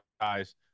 guys